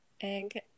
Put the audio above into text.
egg